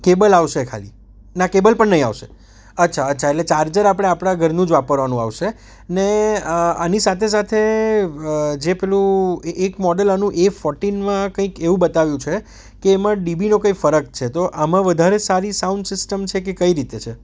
cable આવશે ખાલી ના કેબલ પણ નહીં આવશે અચ્છા અચ્છા એટલે ચાર્જર આપણે આપણા ઘરનું જ વાપરવાનું આવશે અને આની સાથે સાથે જે પેલું એ એક મોડલ આનું એ ફોર્ટીનમાં કંઈક એવું બતાવ્યું છે કે એમાં ડીબીનો કંઈ ફરક છે તો આમાં વધારે સારી સાઉન્ડ સિસ્ટમ છે કે કઈ રીતે છે